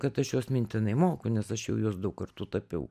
kad aš juos mintinai moku nes aš jau juos daug kartų tapiau